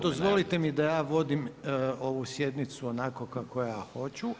Dozvolite mi da ja vodim ovu sjednicu onako kako ja hoću.